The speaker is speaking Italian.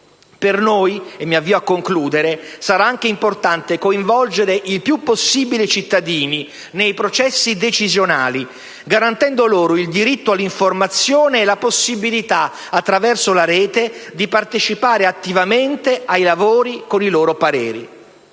Per noi - e mi avvio a concludere l'intervento - sarà anche importante coinvolgere il più possibile i cittadini nei processi decisionali, garantendo loro il diritto all'informazione e la possibilità, attraverso la Rete, di partecipare attivamente ai lavori, con i loro pareri.